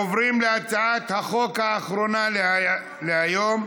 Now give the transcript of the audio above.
אנחנו עוברים להצעת החוק האחרונה להיום: